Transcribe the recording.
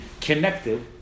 connected